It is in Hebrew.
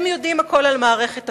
הם יודעים הכול על מערכת החינוך,